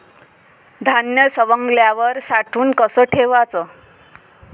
धान्य सवंगल्यावर साठवून कस ठेवाच?